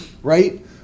Right